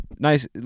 Nice